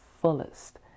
fullest